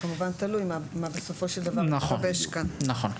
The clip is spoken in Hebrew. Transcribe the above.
כמובן תלוי מה בסופו של דבר מתגבש כאן נכון.